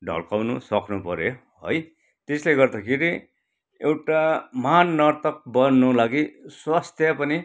ढल्काउनु सक्नुपऱ्यो है त्यसले गर्दाखेरि एउटा महान् नर्तक बन्नु लागि स्वास्थ्य पनि